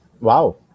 wow